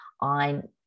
on